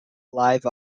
live